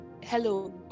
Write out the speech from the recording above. hello